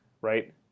right